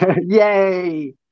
Yay